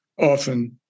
often